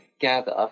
gather